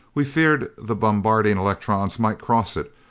we feared the bombarding electrons might cross it,